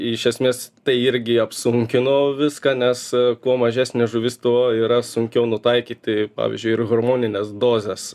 iš esmės tai irgi apsunkino viską nes kuo mažesnė žuvis tuo yra sunkiau nutaikyti pavyzdžiui ir hormonines dozes